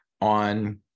on